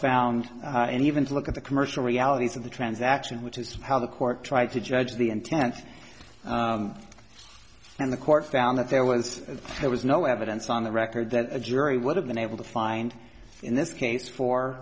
found and even to look at the commercial realities of the transaction which is how the court tried to judge the intent and the court found that there was there was no evidence on the record that a jury would have been able to find in this case for